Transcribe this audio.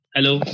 Hello